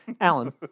Alan